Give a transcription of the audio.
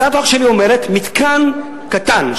הצעת החוק שלי אומרת שמתקן קטן,